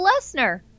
Lesnar